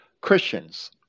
Christians